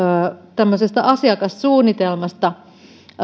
tämmöisestä asiakassuunnitelmasta